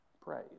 praise